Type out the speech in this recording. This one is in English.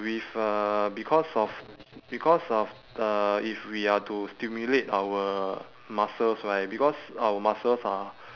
with uh because of because of uh if we are to stimulate our muscles right because our muscles are